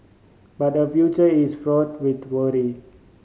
but her future is fraught with worry